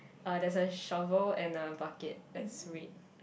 uh there's a shovel and a bucket that's red